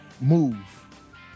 move